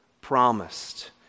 promised